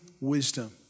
wisdom